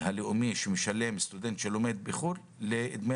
הלאומי שמשלם סטודנט שלומד בחו"ל לדמי